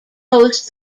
host